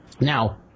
Now